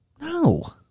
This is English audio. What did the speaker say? No